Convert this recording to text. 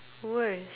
worse